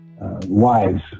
wives